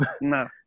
No